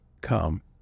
Come